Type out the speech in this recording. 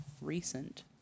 recent